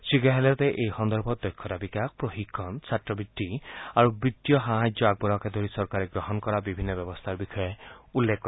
শ্ৰীগেহলটে এই সন্দৰ্ভত দক্ষতা বিকাশ প্ৰশিক্ষণ ছাত্ৰবত্তি আৰু বিত্তীয় সাহাৰ্য আগবঢ়োৱাকে ধৰি চৰকাৰে গ্ৰহণ কৰা বিভিন্ন ব্যৱস্থাৰ বিষয়ে উল্লেখ কৰে